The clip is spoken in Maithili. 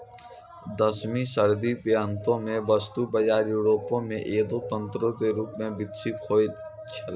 दसवीं सदी के अंतो मे वस्तु बजार यूरोपो मे एगो तंत्रो के रूपो मे विकसित होय छलै